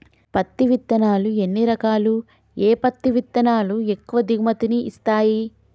పత్తి విత్తనాలు ఎన్ని రకాలు, ఏ పత్తి విత్తనాలు ఎక్కువ దిగుమతి ని ఇస్తాయి?